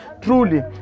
truly